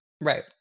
Right